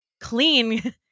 clean